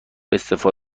استعفا